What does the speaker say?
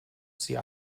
sie